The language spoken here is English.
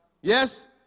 Yes